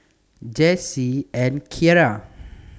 Jessy and Keara